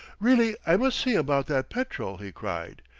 really, i must see about that petrol! he cried.